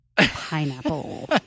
pineapple